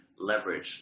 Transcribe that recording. leverage